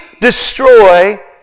destroy